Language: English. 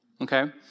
okay